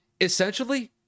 essentially